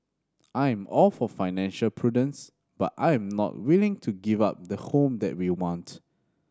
I am all for financial prudence but I am not willing to give up the home that we want